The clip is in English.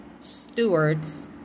stewards